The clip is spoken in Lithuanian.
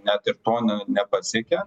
net ir to ne nepasiekia